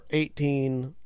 eighteen